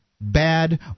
bad